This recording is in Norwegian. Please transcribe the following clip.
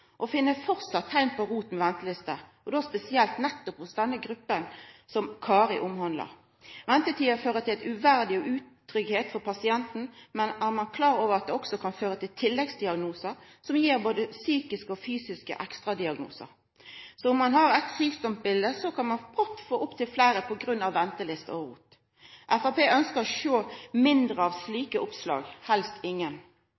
og finn framleis teikn på rot med ventelister – og då spesielt nettopp hos denne gruppa som Kari tilhøyrer. Ventetida fører til uverdig utryggleik for pasienten, men ein må vera klar over at ho også kan føra til tilleggsdiagnosar som gir både psykiske og fysiske ekstradiagnosar. Om ein har eitt sjukdomsbilete, kan ein fort få opptil fleire på grunn av ventelister og rot. Framstegspartiet ønskjer å sjå mindre av slike oppslag – helst ingen.